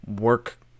work